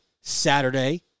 Saturday